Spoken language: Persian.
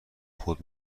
خود